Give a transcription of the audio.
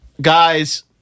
guys